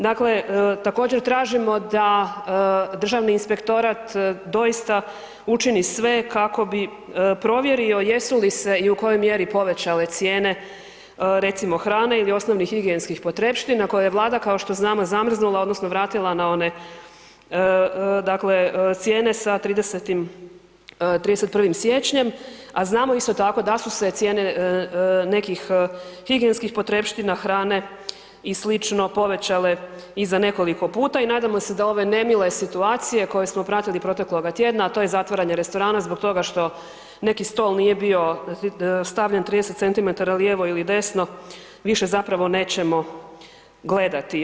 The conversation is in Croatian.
Dakle, također tražimo da državni inspektorat doista učini sve kako bi provjerio jesu li se i u kojoj mjeri povećale cijene recimo hrane ili osnovnih higijenskih potrepština koje je Vlada kao što znamo zamrznula odnosno vratila na one dakle cijene sa 30., 31. siječnjem, a znamo isto tako da su se cijene nekih higijenskih potrepština, hrane i sl. povećale i za nekoliko puta i nadamo se da ove nemile situacije koje smo pratili protekloga tjedna, a to je zatvaranje restorana zbog toga što neki stol nije bio stavljen 30 cm lijevo ili desno, više zapravo nećemo gledati.